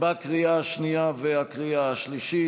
לקריאה השנייה ולקריאה השלישית.